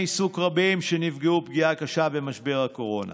עיסוק רבים שנפגעו פגיעה קשה במשבר הקורונה.